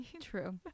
True